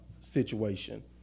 situation